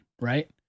right